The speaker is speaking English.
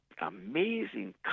amazing